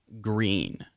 green